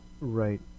right